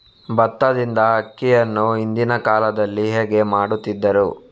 ಭತ್ತದಿಂದ ಅಕ್ಕಿಯನ್ನು ಹಿಂದಿನ ಕಾಲದಲ್ಲಿ ಹೇಗೆ ಮಾಡುತಿದ್ದರು?